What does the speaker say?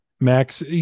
Max